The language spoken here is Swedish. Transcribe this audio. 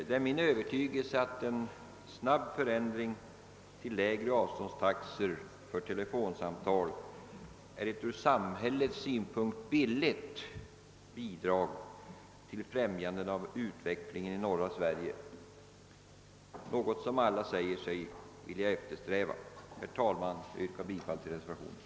Det är min övertygelse att en snar förändring till lägre avståndstaxor för telefonsamtal är ett ur samhällets synpunkt billigt bidrag till främjande av utvecklingen i norra Sverige, något som alla säger sig eftersträva. Herr talman! Jag yrkar bifall till reservationen.